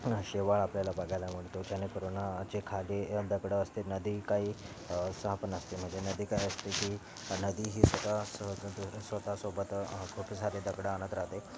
शेवाळ आपल्याला बघायला मिळत जेणेकरून जे खाली दगडं असते नदी काही साफ नसते म्हणजे नदी काय असते की नदी ही स्वतः स्व स्वतःसोबत खूपे सारीे दगडं आणत राहते